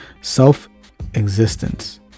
self-existence